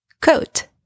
Coat